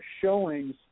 showings